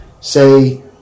say